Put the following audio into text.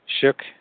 shook